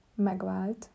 megvált